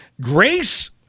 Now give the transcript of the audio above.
Grace